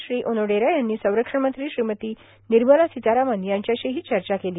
Shri Onodera यांनी संरक्षण मंत्री श्रीमती निर्मला सितारामन यांच्याशीही चर्चा केली